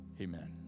amen